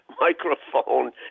microphone